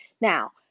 Now